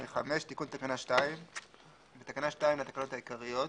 תיקון תקנה 2 5. בתקנה 2 לתקנות העיקריות